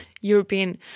European